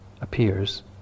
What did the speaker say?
appears